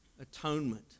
atonement